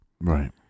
Right